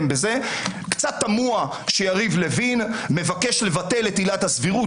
קצת תמוה שיריב לוין מבקש לבטל את עילת הסבירות